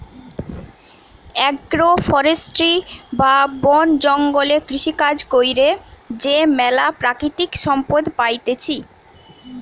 agro forestry বা বন জঙ্গলে কৃষিকাজ কইরে যে ম্যালা প্রাকৃতিক সম্পদ পাইতেছি